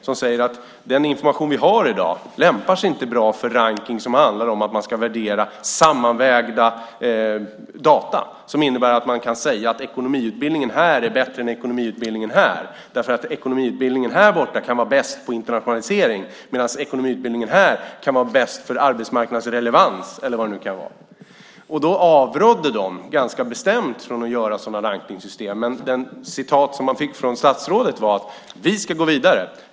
Den säger att den information vi har i dag inte lämpar sig för rankning som handlar om att man ska värdera sammanvägda data som innebär att man kan säga att ekonomiutbildningen här är bättre än ekonomiutbildningen där. Ekonomiutbildningen där borta kan ju vara bäst på internationalisering medan ekonomiutbildningen här kan vara bäst för arbetsmarknadsrelevans, eller vad det nu kan vara. Man avrådde ganska bestämt från att göra sådana rankningssystem. Det svar som man fick från statsrådet var att vi ska gå vidare.